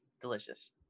delicious